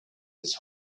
his